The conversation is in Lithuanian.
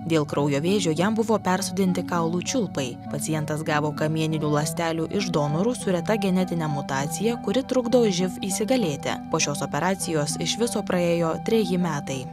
dėl kraujo vėžio jam buvo persodinti kaulų čiulpai pacientas gavo kamieninių ląstelių iš donorų su reta genetine mutacija kuri trukdo živ įsigalėti po šios operacijos iš viso praėjo treji metai